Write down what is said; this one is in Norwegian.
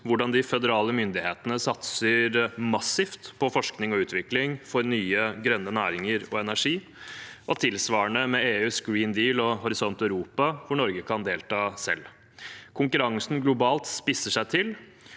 hvordan de føderale myndighetene satser massivt på forskning og utvikling for nye grønne næringer og energi, og tilsvarende med EUs Green Deal og Horisont Europa, hvor Norge kan delta selv. Konkurransen globalt spisser seg til,